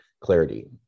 clarity